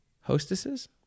hostesses